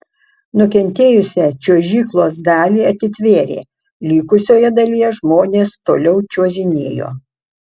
nukentėjusią čiuožyklos dalį atitvėrė likusioje dalyje žmonės toliau čiuožinėjo